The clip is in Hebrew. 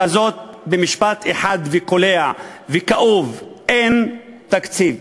הזאת במשפט אחד קולע וכאוב: אין תקציב.